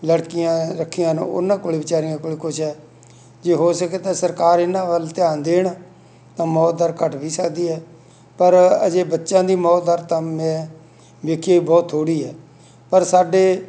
ਲੜਕੀਆਂ ਰੱਖੀਆਂ ਹਨ ਉਹਨਾਂ ਕੋਲ ਵਿਚਾਰੀਆਂ ਕੋਲ ਕੁਝ ਹੈ ਜੇ ਹੋ ਸਕੇ ਤਾਂ ਸਰਕਾਰ ਇਹਨਾਂ ਵੱਲ ਧਿਆਨ ਦੇਣ ਤਾਂ ਮੌਤ ਦਰ ਘੱਟ ਵੀ ਸਕਦੀ ਹੈ ਪਰ ਹਜੇ ਬੱਚਿਆਂ ਦੀ ਮੌਤ ਦਰ ਤਾਂ ਮੈਂ ਵੇਖੀ ਹੋਈ ਬਹੁਤ ਥੋੜ੍ਹੀ ਹੈ ਪਰ ਸਾਡੇ